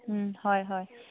হয় হয়